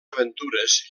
aventures